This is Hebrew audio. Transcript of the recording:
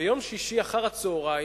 ביום שישי אחר-הצהריים,